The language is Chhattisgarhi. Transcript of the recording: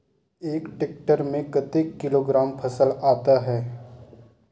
एक टेक्टर में कतेक किलोग्राम फसल आता है?